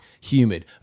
humid